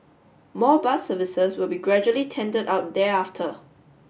more bus services will be gradually tendered out thereafter